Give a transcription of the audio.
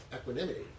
equanimity